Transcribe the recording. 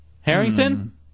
Harrington